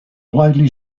widely